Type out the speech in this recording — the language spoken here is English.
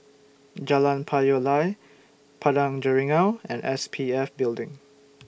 Jalan Payoh Lai Padang Jeringau and S P F Building